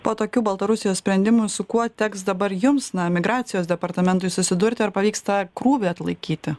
po tokių baltarusijos sprendimų su kuo teks dabar jums na migracijos departamentui susidurti ar pavyks tą krūvį atlaikyti